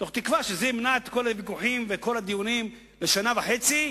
מתוך תקווה שזה ימנע את כל הוויכוחים והדיונים לשנה וחצי,